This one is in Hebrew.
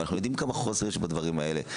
ואנחנו יודעים כמה חוסר יש בדברים האלה.